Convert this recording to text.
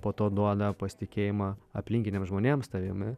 po to duoda pasitikėjimą aplinkiniams žmonėms tavimi